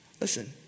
Listen